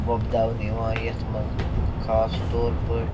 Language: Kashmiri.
وُۄبداونہٕ یِوان یَتھ منٛز خاص طور پٲٹھۍ